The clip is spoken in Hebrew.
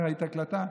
ראיתי הקלטה,